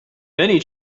many